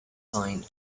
signed